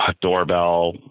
doorbell